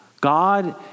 God